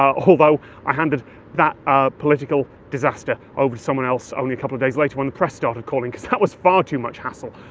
ah although i handed that ah political disaster over to someone else only a couple of days later when the press started calling, cos that was far too much hassle.